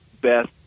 best